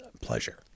pleasure